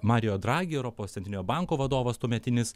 mario draghi europos centrinio banko vadovas tuometinis